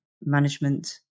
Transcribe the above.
management